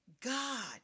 God